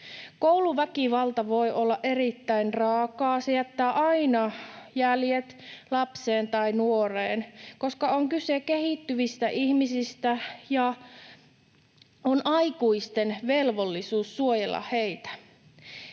Kouluväkivalta voi olla erittäin raakaa. Se jättää aina jäljet lapseen tai nuoreen, koska on kyse kehittyvistä ihmisistä, ja on aikuisten velvollisuus suojella heitä.